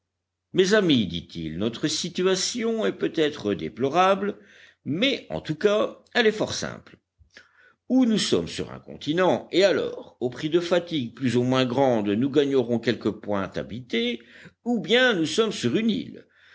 mes amis dit-il notre situation est peut-être déplorable mais en tout cas elle est fort simple ou nous sommes sur un continent et alors au prix de fatigues plus ou moins grandes nous gagnerons quelque point habité ou bien nous sommes sur une île